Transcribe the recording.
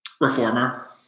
Reformer